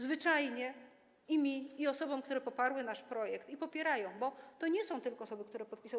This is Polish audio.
Zwyczajnie i mi, i osobom, które poparły nasz projekt i popierają, bo to nie są tylko osoby, które podpisały.